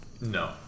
No